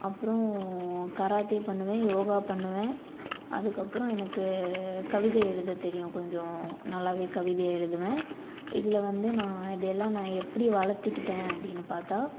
அப்புறோம் கராத்தே பண்ணுவேன் யோகா பண்ணுவேன் அதுக்கப்புறோம் எனக்கு கவிதை எழுதத் தெரியும் கொஞ்சம் நல்லாவே கவிதை எழுதுவேன் இதில் வந்து நான் இதையெல்லாம் நான் எப்படி வளர்த்துக்கிட்டேன் அப்படின்னு பார்த்தா